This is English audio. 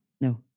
No